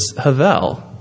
Havel